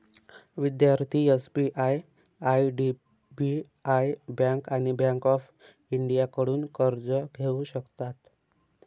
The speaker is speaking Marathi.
विद्यार्थी एस.बी.आय आय.डी.बी.आय बँक आणि बँक ऑफ इंडियाकडून कर्ज घेऊ शकतात